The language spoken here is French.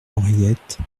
henriette